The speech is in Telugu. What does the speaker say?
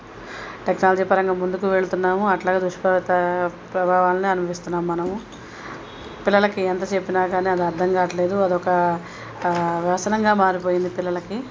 టెక్నాలజీ పరంగా ముందుకు వెళ్తున్నాము అట్లాగే దుష్ఫలిత ప్రభావాలని అనుభవిస్తున్నాము మనము పిల్లలకి ఎంత చెప్పిన కానీ అది అర్థంకాట్లేదు అది ఒక వ్యసనంగా మారిపోయింది పిల్లలకి